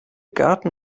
garten